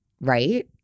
right